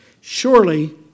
Surely